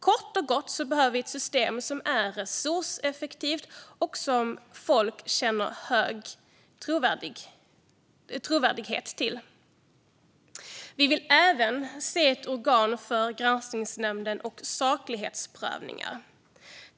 Kort och gott behöver vi ett system som är resurseffektivt och som folk känner hög tilltro till. Vi vill även se ett organ för granskningsnämnden och saklighetsprövningar.